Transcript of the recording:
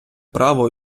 право